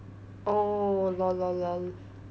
oh lol lol lol